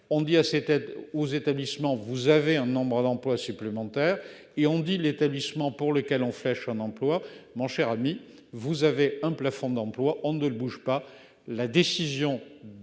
aide aux établissements. Vous avez un nombre d'emplois supplémentaires et on dit l'établissement pour lequel on flèche en emploi, mon cher ami, vous avez un plafond d'emplois on ne bouge pas. La décision